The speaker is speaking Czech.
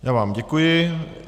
Já vám děkuji.